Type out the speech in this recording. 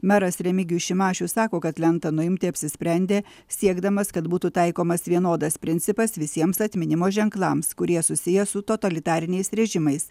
meras remigijus šimašius sako kad lentą nuimti apsisprendė siekdamas kad būtų taikomas vienodas principas visiems atminimo ženklams kurie susiję su totalitariniais režimais